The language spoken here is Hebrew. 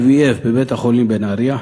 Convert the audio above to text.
IVF, בבית-החולים בנהרייה,